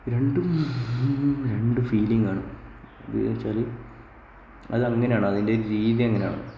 രണ്ടും രണ്ട് ഫീലിംഗ് ആണ് അത് എന്നുവെച്ചാല് അത് അങ്ങനെ ആണ് അതിൻറെ ഒര് രീതി അങ്ങനെ ആണ്